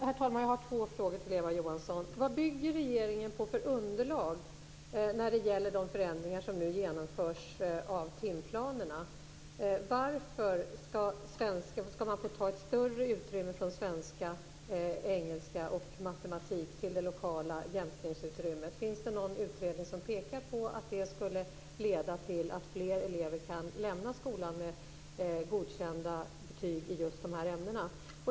Herr talman! Jag har två frågor till Eva Johansson. Vad bygger regeringen på för underlag när det gäller de förändringar som nu genomförs av timplanerna? Varför skall man få ta ett större utrymme från svenska, engelska och matematik till det lokala jämkningsutrymmet? Finns det någon utredning som pekar på att det skulle leda till att fler elever kan lämna skolan med betyget Godkänd i just de här ämnena?